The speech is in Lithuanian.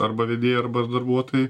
arba vedėja arba darbuotojai